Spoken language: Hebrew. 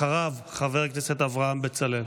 אחריו, חבר הכנסת אברהם בצלאל.